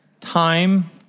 time